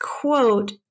quote